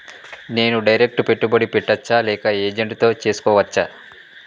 నేను డైరెక్ట్ పెట్టుబడి పెట్టచ్చా లేక ఏజెంట్ తో చేస్కోవచ్చా?